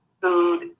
food